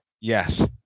Yes